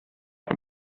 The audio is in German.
bei